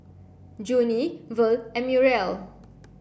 Junie Verl and Muriel